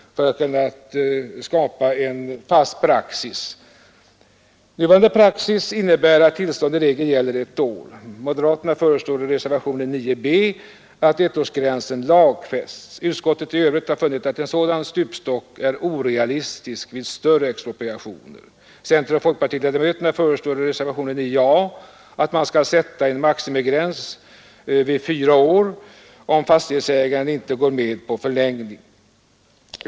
Nuvarande praxis innebär att tillstånd i regel gäller ett år. Moderaterna föreslår i reservationen 9 b att ettårsgränsen lagfästs. Utskottet i övrigt har funnit att en sådan stupstock är orealistisk vid större expropriationer. Centeroch folkpartiledamöterna föreslår i reservationen 9 a att man skall sätta en maximigräns vid fyra år om fastighetsägaren inte går med på förlängning.